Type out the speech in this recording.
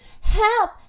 Help